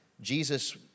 Jesus